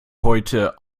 heute